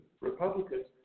Republicans